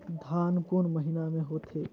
धान कोन महीना मे होथे?